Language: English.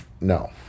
no